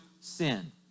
sin